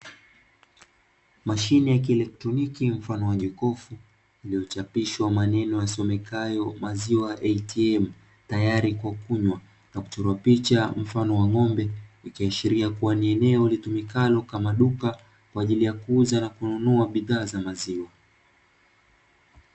Mashine ya kieletroniki mfano wa jokofu, lililochapishwa maneno yasomekayo "maziwa ATM", tayari kwa kunywa na kuchorwa picha mfano wa ng'ombe, ikiashiria kuwa ni eneo litumikalo kama duka kwa ajili ya kuuza na kununua bidhaa za maziwa.